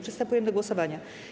Przystępujemy do głosowania.